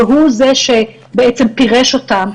הוא זה שפירש אותם,